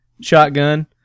shotgun